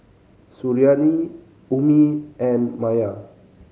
Suriani Ummi and Maya